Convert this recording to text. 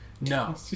No